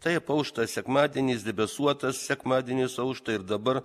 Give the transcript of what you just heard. taip aušta sekmadienis debesuotas sekmadienis aušta ir dabar